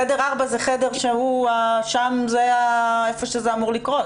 חדר 4 זה החדר ששם זה אמור לקרות.